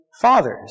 fathers